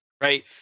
Right